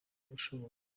ushoboye